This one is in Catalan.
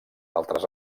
altres